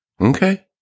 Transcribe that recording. Okay